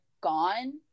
gone